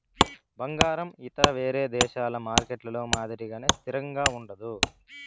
బంగారం ఇతర వేరే దేశాల మార్కెట్లలో మాదిరిగానే స్థిరంగా ఉండదు